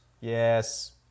Yes